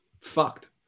Fucked